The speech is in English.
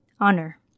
honor